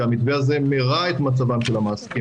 כי המתווה הזה מרע את מצבם של המעסיקים